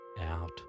out